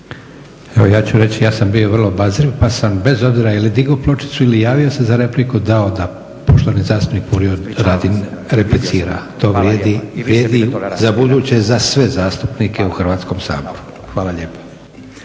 Evo ja ću reći, ja sam bio vrlo obazriv pa sam bez obzira je li digao pločicu ili javio se za repliku, dao da poštovani zastupnik Furio Radin replicira, to vrijedi za buduće za sve zastupnike u Hrvatskom saboru. Hvala lijepa.